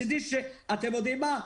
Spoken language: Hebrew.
מצדי, אתם יודעים מה?